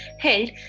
held